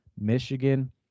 Michigan